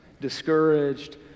discouraged